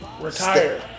Retire